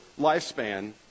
lifespan